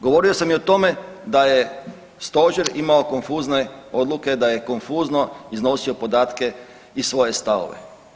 Govorio sam i o tome da je Stožer imao konfuzne odluke, da je konfuzno iznosio podatke i svoje stavove.